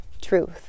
truth